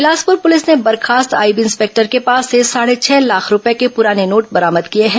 Bilaspur police ने बर्खास्त IB inspector के पास से साढ़े छह लाख रूपये के पुराने नोट बरामद किए हैं